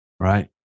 Right